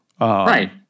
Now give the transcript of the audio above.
Right